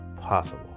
possible